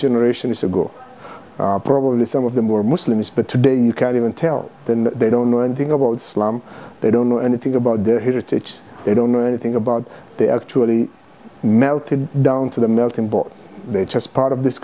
generations ago probably some of them were muslims but today you can't even tell them they don't know anything about slum they don't know anything about their heritage they don't know anything about they actually melted down to the melting pot they just part of this